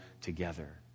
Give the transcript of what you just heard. together